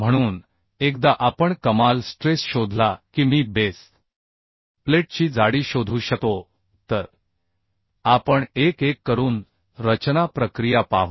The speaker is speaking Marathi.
म्हणून एकदा आपण कमाल स्ट्रेस शोधला की मी बेस प्लेटची जाडी शोधू शकतो तर आपण एक एक करून रचना प्रक्रिया पाहू